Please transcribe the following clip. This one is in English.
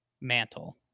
Mantle